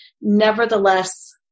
nevertheless